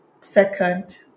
second